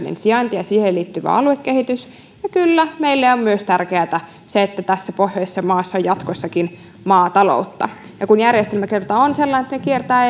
pohjoinen sijainti ja siihen liittyvä aluekehitys ja kyllä meille on tärkeätä myös se että tässä pohjoisessa maassa on jatkossakin maataloutta ja kun järjestelmä kerran on sellainen että rahat kiertävät